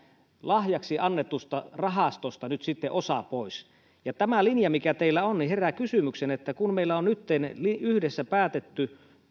lahjaksi annetusta rahastosta nyt sitten osa pois tämä linja mikä teillä on herättää kysymyksen että kun meillä on nytten yhdessä päätetty